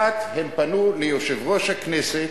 1. הם פנו אל יושב-ראש הכנסת,